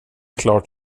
klart